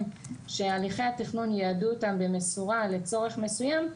שהליכי התכנון ייעדו אותם במשורה לצורך מסוים,